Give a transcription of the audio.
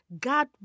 God